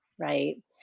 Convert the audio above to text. right